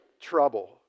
trouble